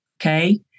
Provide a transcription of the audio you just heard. okay